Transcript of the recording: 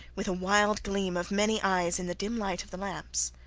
with a wild gleam of many eyes in the dim light of the lamps.